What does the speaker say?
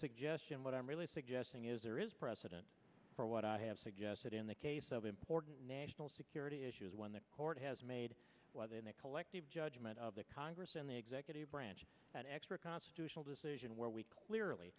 suggestion what i'm really suggesting is there is precedent for what i have suggested in the case of important national security issues when the court has made whether in the collective judgment of the congress and the executive branch that extra constitutional decision where we clearly